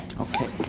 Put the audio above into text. Okay